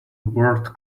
world